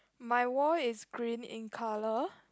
my wall is green in colour